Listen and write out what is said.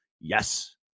Yes